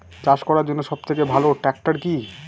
চাষ করার জন্য সবথেকে ভালো ট্র্যাক্টর কি?